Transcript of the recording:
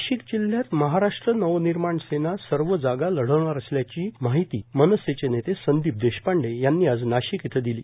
नाशिक जिल्ह्यात महाराष्ट्र नवनिर्माण सेना सर्व जागा लढवणार असल्याची माहिती मनसेचे नेते संदीप देशपांडे यांनी आज नाशिक इथं दिली